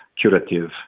curative